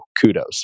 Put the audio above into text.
Kudos